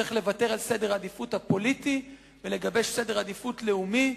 צריך לוותר על סדר העדיפויות הפוליטי ולגבש סדר עדיפויות לאומי,